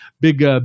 Big